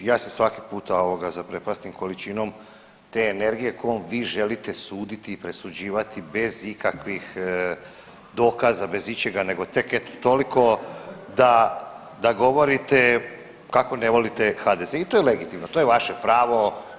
Ja se svaki puta ovoga zaprepastim količinom te energije kojom vi želite suditi i presuđivati bez ikakvih dokaza, bez ičega, nego tek eto toliko, da govorite kako ne volite HDZ i to je legitimno, to je vaše pravo.